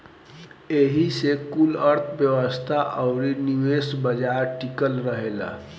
एही से कुल अर्थ्व्यवस्था अउरी निवेश बाजार टिकल रहेला